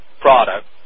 product